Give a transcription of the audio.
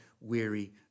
weary